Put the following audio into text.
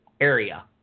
area